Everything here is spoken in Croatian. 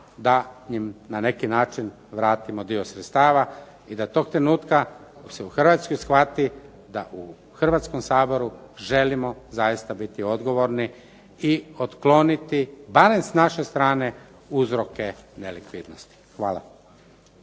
da im na neki način vratimo dio sredstava i da tog trenutka se u Hrvatskoj shvati da u Hrvatskom saboru želimo zaista biti odgovorni i otkloniti barem s naše strane uzroke nelikvidnosti. Hvala.